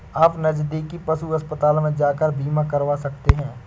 आप नज़दीकी पशु अस्पताल में जाकर बीमा करवा सकते है